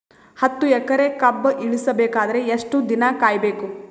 ಹತ್ತು ಎಕರೆ ಕಬ್ಬ ಇಳಿಸ ಬೇಕಾದರ ಎಷ್ಟು ದಿನ ಕಾಯಿ ಬೇಕು?